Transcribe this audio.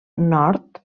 nord